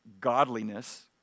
godliness